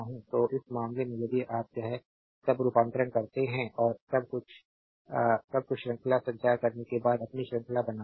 तो उस मामले में यदि आप यह सब रूपांतरण करते हैं और यह सब कुछ श्रृंखला संचार करने के बाद अपनी श्रृंखला बनाते हैं